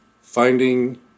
finding